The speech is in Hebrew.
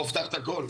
בוא פתח את הכול,